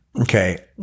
Okay